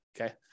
Okay